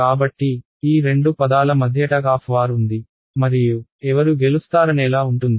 కాబట్టి ఈ రెండు పదాల మధ్య టగ్ ఆఫ్ వార్ ఉంది మరియు ఎవరు గెలుస్తారనేలా ఉంటుంది